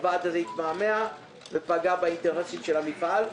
הוועד הזה התמהמה ופגע באינטרסים של המפעל.